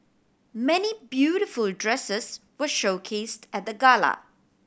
many beautiful dresses were showcased at the gala